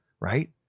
right